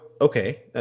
okay